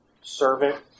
servant